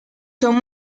son